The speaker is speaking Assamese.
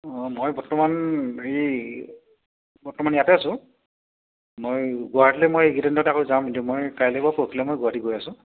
অঁ মই বৰ্তমান হেৰি বৰ্তমান ইয়াতে আছো মই গুৱাহাটীলৈ মই এইকেইদিনতে আকৌ যাম কিন্তু মই কাইলৈ বা পৰখিলৈ মই গুৱাহাটী গৈ আছো